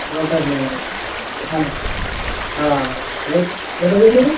రోటరినగర ఆ ఎ ఎన్ని గదులు